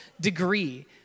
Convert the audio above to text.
degree